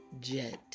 jet